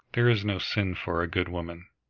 there is no sin for a good woman.